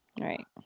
Right